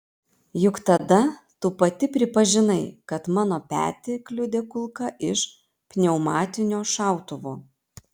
juk tada tu pati pripažinai kad mano petį kliudė kulka iš pneumatinio šautuvo